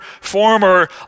former